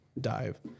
dive